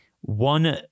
one